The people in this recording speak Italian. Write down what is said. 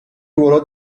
ruolo